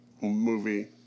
movie